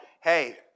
Hey